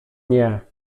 nie